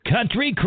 Country